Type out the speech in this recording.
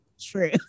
true